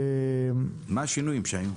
מה השינויים שהיו?